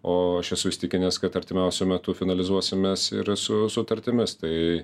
o aš esu įsitikinęs kad artimiausiu metu finalizuosimės ir su sutartimis tai